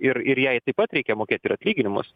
ir ir jai taip pat reikia mokėt ir atlyginimus